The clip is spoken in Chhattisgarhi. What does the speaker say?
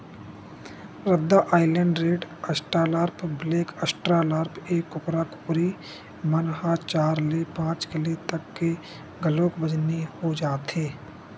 रद्दा island red, australorp, black australorp, ए कुकरी कुकरा मन ह चार ले पांच किलो तक के घलोक बजनी हो जाथे